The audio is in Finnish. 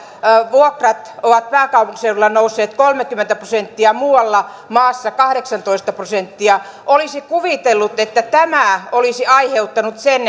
vuokrat ovat pääkaupunkiseudulla nousseet kolmekymmentä prosenttia muualla maassa kahdeksantoista prosenttia olisi kuvitellut että tämä olisi aiheuttanut sen